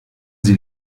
sie